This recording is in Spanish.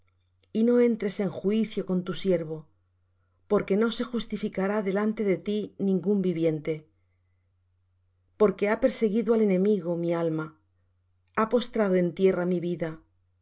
y no entres en juicio con tu siervo porque no se justificará delante de ti ningún viviente porque ha perseguido el enemigo mi alma ha postrado en tierra mi vida